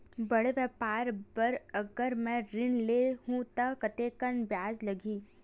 बड़े व्यापार बर अगर मैं ऋण ले हू त कतेकन ब्याज लगही?